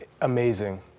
Amazing